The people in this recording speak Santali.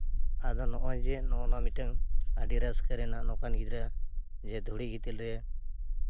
ᱟᱫᱚ ᱱᱚᱜᱼᱚᱭ ᱡᱮ ᱱᱚᱜᱼᱚᱱᱟ ᱢᱤᱫᱴᱮᱱ ᱟᱹᱰᱤ ᱨᱟᱹᱥᱠᱟᱹ ᱨᱮᱱᱟᱜ ᱱᱚᱝᱠᱟᱱ ᱜᱤᱫᱽᱨᱟᱹ ᱡᱮ ᱫᱷᱩᱲᱤ ᱜᱤᱛᱤᱞ ᱨᱮ